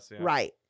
Right